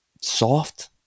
soft